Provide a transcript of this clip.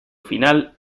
final